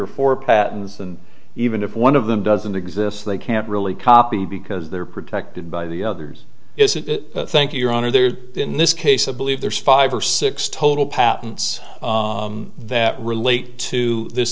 or four patents and even if one of them doesn't exist they can't really copy because they're protected by the others is it thank you your honor they're in this case i believe there's five or six total patents that relate to this